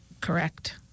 Correct